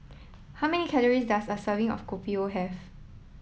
how many calories does a serving of Kopi O have